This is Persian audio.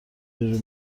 جوری